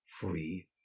free